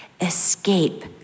escape